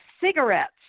cigarettes